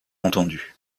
entendu